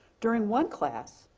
during one class,